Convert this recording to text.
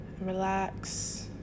Relax